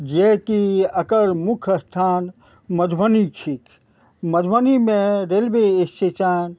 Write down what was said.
जेकि एकर मुख्य स्थान मधुबनी छी मधुबनीमे रेलवे स्टेशन